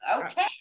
okay